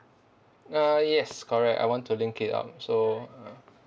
ah yes correct I want to link it up so uh